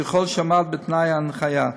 ככל שעמד בתנאי ההנחיה.